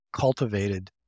cultivated